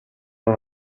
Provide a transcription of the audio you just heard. non